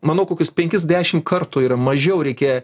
manau kokius penkis dešimt kartų yra mažiau reikia